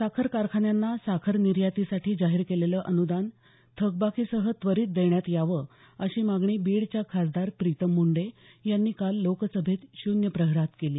साखर कारखान्यांना साखर निर्यातीसाठी जाहीर केलेलं अनुदान थकबाकीसह त्वरित देण्यात यावं अशी मागणी बीडच्या खासदार प्रीतम मुंडे यांनी काल लोकसभेत शून्य प्रहरात केली